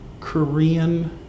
Korean